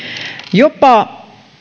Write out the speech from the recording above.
jopa